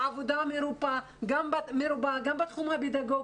העבודה מרובה, גם בתחום הפדגוגי,